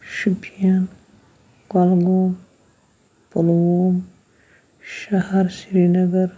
شُپین کۄلگوم پُلووم شہر سرینگر